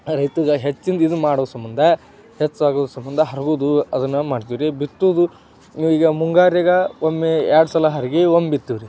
ರೈತಗೆ ಹೆಚ್ಚಿನ್ದು ಇದು ಮಾಡೋ ಸಂಬಂಧ ಹೆಚ್ಚಾಗುವ ಸಂಬಂಧ ಹರಗುದು ಅದನ್ನು ಮಾಡ್ತೀವ್ರಿ ಬಿತ್ತುವುದು ಈಗ ಮುಂಗಾರಿಗೆ ಒಮ್ಮೆ ಎರಡು ಸಲ ಹರಗಿ ಒಮ್ಮೆ ಬಿತ್ತಿವ್ರಿ